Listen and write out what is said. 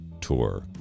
tour